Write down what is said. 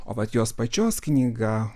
o vat jos pačios knyga